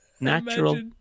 Natural